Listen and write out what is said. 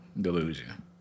Delusion